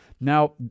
Now